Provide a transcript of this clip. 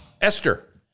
Esther